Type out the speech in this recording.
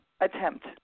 attempt